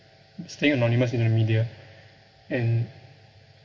staying anonymous in the media and